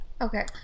okay